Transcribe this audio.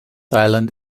island